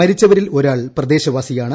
മരിച്ചവരിൽ ഒരാൾ പ്രദേശവാസിയാണ്